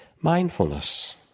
Mindfulness